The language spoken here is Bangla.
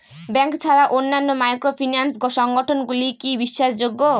ব্যাংক ছাড়া অন্যান্য মাইক্রোফিন্যান্স সংগঠন গুলি কি বিশ্বাসযোগ্য?